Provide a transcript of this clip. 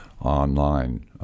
online